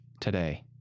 today